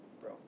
bro